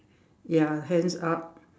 ya hands up